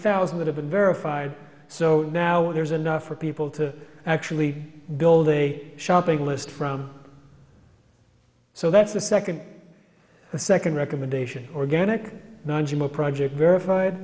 thousand that have been verified so now there's enough for people to actually build a shopping list from so that's the second the second recommendation organic project verif